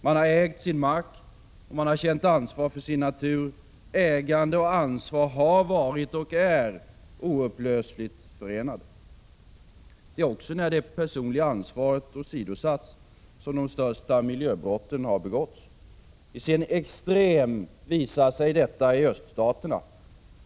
Man har ägt sin mark, och man har känt ansvar för sin natur. Ägande och ansvar har varit och är oupplösligt förenade. Det är också när det personliga ansvaret åsidosatts som de största miljöbrotten har begåtts. I sin extrem visar sig detta i öststaterna.